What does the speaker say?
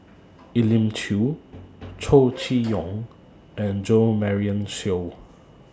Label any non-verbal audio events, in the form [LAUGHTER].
[NOISE] Elim Chew Chow Chee Yong and Jo Marion Seow